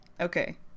Okay